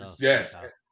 Yes